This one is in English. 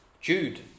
Jude